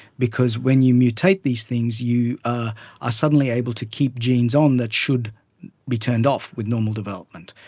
because when you mutate these things you ah are suddenly able to keep genes on that should be turned off with normal development.